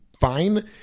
fine